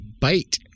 Bite